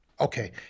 Okay